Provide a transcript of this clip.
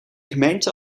gemeente